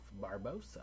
Barbosa